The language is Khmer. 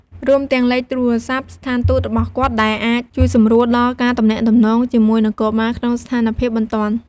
រួមទាំងលេខទូរស័ព្ទស្ថានទូតរបស់គាត់ ដែលអាចជួយសម្រួលដល់ការទំនាក់ទំនងជាមួយនគរបាលក្នុងស្ថានភាពបន្ទាន់។